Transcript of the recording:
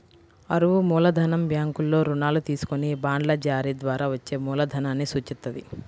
అరువు మూలధనం బ్యాంకుల్లో రుణాలు తీసుకొని బాండ్ల జారీ ద్వారా వచ్చే మూలధనాన్ని సూచిత్తది